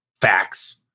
facts